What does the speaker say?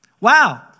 Wow